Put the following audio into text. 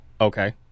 Okay